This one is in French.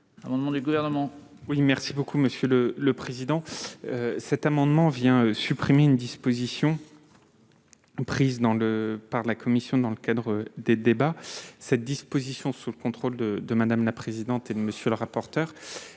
amendements du Gouvernement,